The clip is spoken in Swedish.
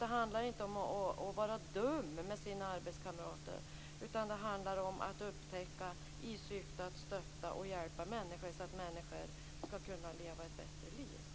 Det handlar inte om att vara dum mot sina arbetskamrater. Det handlar om att upptäcka i syfte att stötta och hjälpa människor så att de kan leva ett bättre liv.